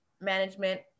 management